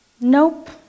nope